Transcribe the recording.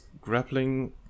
grappling